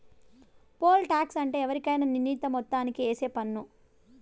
pole tax అంటే ఎవరికైనా నిర్ణీత మొత్తానికి ఏసే పన్ను